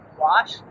wash